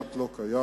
כמעט לא קיים.